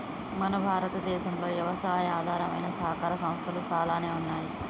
మన భారతదేసంలో యవసాయి ఆధారమైన సహకార సంస్థలు సాలానే ఉన్నాయి